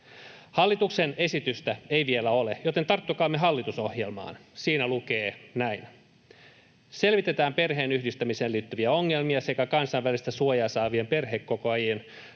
Hallituksen esitystä ei vielä ole, joten tarttukaamme hallitusohjelmaan. Siinä lukee näin: ”Selvitetään perheenyhdistämiseen liittyviä ongelmia sekä kansainvälistä suojaa saavien perheenkokoajiin